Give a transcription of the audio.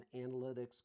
analytics